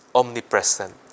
omnipresent